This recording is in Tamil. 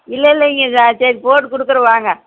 இல்லை இல்லை இங்கே ஆ சரி போட்டு கொடுக்குறன் வாங்க